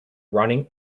running